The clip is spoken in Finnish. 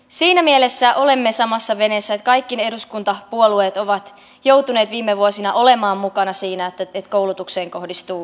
siinä mielessä olemme samassa veneessä että kaikki eduskuntapuolueet ovat joutuneet viime vuosina olemaan mukana siinä että koulutukseen kohdistuu säästöjä